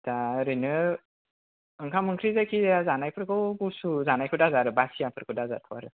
दा ओरैनो ओंखाम ओंख्रि जायखि जाया जानायफोरखौ गुसु जानायखौ दाजा आरो बासियाफोरखौ दाजाथ' आरो